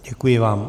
Děkuji vám.